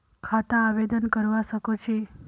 खाता आवेदन करवा संकोची?